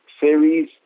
series